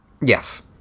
Yes